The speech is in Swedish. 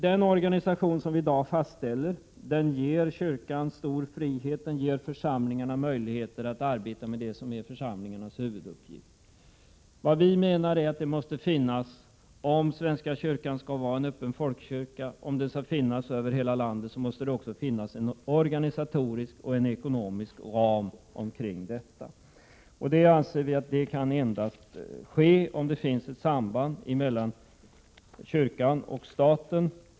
Den organisation som vi i dag fastställer ger kyrkan stor frihet. Den ger också församlingarna möjligheter att arbeta med det som är församlingarnas huvuduppgift. Om svenska kyrkan skall vara en öppen folkkyrka och om den skall finnas över hela landet, menar vi att det också måste finnas en organisatorisk och ekonomisk ram. Vi anser att det är möjligt endast om det finns ett samband mellan kyrkan och staten.